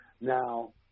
Now